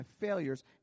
failures